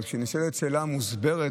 אבל כשנשאלת שאלה מוסברת,